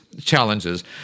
challenges